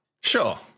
sure